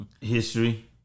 History